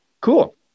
Cool